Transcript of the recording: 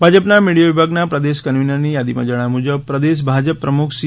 ભાજપના મીડિયા વિભાગના પ્રદેશ કન્વીનરની યાદીમાં જણાવ્યા મુજબ પ્રદેશ ભાજપ પ્રમુખ સી